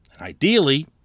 Ideally